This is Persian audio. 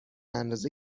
اندازه